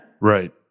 Right